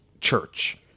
Church